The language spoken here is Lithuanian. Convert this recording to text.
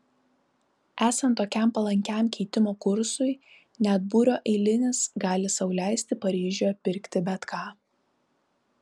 esant tokiam palankiam keitimo kursui net būrio eilinis gali sau leisti paryžiuje pirkti bet ką